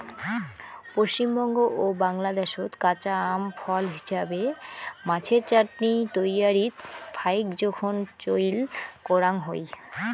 পশ্চিমবঙ্গ ও বাংলাদ্যাশত কাঁচা আম ফল হিছাবে, মাছের চাটনি তৈয়ারীত ফাইক জোখন চইল করাং হই